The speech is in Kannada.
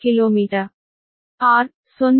r 0